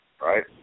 right